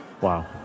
Wow